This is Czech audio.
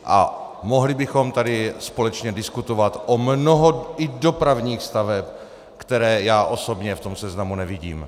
A mohli bychom tady společně diskutovat i o mnoho dopravních staveb, které já osobně v tom seznamu nevidím.